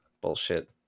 bullshit